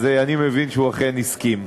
אז אני מבין שהוא אכן הסכים.